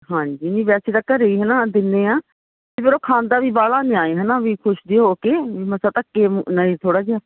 ਹਾਂਜੀ ਨਹੀਂ ਵੈਸੇ ਤਾਂ ਘਰ ਹੀ ਹੈ ਨਾ ਦਿੰਦੇ ਹਾਂ ਤੇ ਫਿਰ ਉਹ ਖਾਂਦਾ ਵੀ ਬਾਹਲਾ ਨਹੀਂ ਐਂਏ ਹੈ ਨਾ ਵੀ ਖੁਸ਼ ਜਿਹੇ ਹੋ ਕੇ ਮਤਲਬ ਧੱਕੇ ਨਾਲ ਹੀ ਥੋੜ੍ਹਾ ਜਿਹਾ